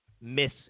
Miss